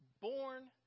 born